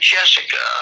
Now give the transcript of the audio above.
Jessica